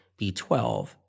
B12